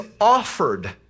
offered